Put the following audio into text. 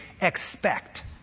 expect